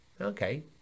okay